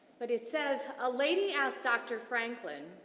but, it says a lady asked dr. franklin,